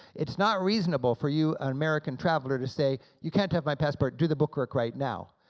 it's not reasonable for you, an american traveler, to say, you can't have my passport, do the book right now,